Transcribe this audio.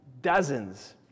dozens